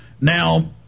Now